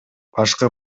башкы